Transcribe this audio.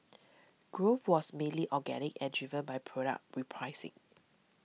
growth was mainly organic and driven by product repricing